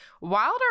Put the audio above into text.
Wilder